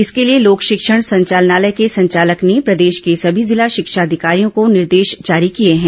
इसके लिए लोक शिक्षण संचालनालय के संचालक ने प्रदेश के समी जिला शिक्षा अधिकारियों को निर्देश जारी किए हैं